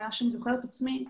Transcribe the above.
מאז אני זוכרת את עצמי,